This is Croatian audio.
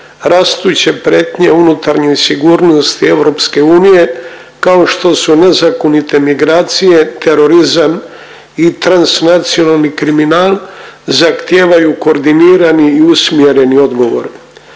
rastuće prijetnje unutarnjoj sigurnosti EU kao što su nezakonite migracije, terorizam i transnacionalni kriminal zahtijevaju koordinirani i usmjeri odgovor.